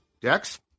Dex